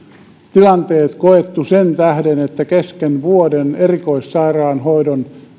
tilanteet koettu sen tähden että kesken vuoden erikoissairaanhoidon